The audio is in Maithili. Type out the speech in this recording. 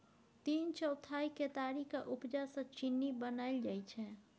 तीन चौथाई केतारीक उपजा सँ चीन्नी बनाएल जाइ छै